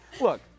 Look